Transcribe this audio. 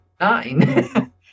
nine